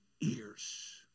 ears